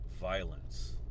violence